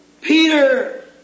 Peter